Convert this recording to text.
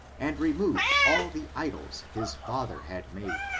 and removed all the idols his father had made.